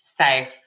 safe